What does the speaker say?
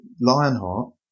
Lionheart